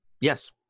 Yes